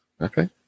Okay